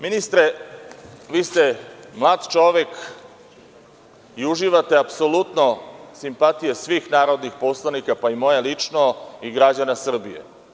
Ministre, vi ste mlad čovek i uživate apsolutno simpatije svih narodnih poslanika pa i moje lično i građana Srbije.